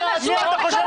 זה מה שהוא עושה